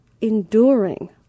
enduring